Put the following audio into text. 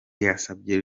yasabye